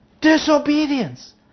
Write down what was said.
Disobedience